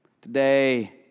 Today